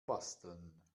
basteln